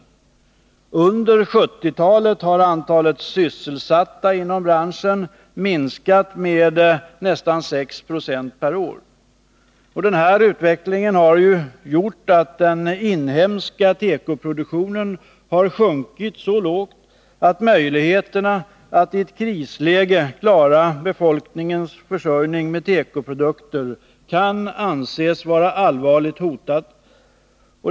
Under 1970-talet har antalet sysselsatta inom branschen minskat med nästan 6 76 per år. Den här utvecklingen har gjort att den inhemska tekoproduktionen har sjunkit så kraftigt att möjligheterna att i ett krisläge klara befolkningens försörjning med tekoprodukter kan anses vara allvarligt hotade.